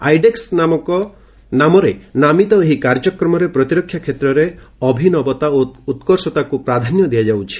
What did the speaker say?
iDEX ନାମରେ ନାମିତ ଏହି କାର୍ଯ୍ୟକ୍ରମରେ ପ୍ରତିରକ୍ଷା କ୍ଷେତ୍ରରେ ଅଭିନବତା ଓ ଉତ୍କର୍ଷକୁ ପ୍ରାଧାନ୍ୟ ଦିଆଯାଉଛି